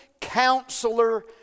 Counselor